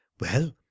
Well